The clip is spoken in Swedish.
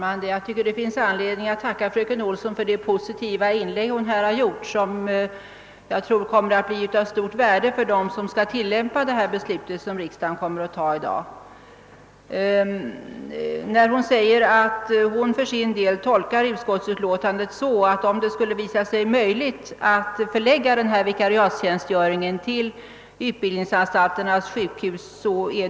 Herr talman! Jag tycker det finns anledning att tacka fröken Olsson för hennes positiva inlägg. Jag tror det kommer att bli av stort värde för dem, som skall tillämpa det beslut som riksdagen kommer att fatta i dag — fröken Olsson säger nämligen att hon tolkar utskottsutlåtandet så, att det är i enlighet med utskottets önskemål om det skulle visa sig möjligt att helt förlägga vikariatstjänstgöringen till utbildningsanstalternas sjukhus.